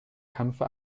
kampfe